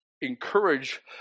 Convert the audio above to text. encourage